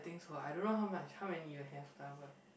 I think so I don't know how much how many you have lah but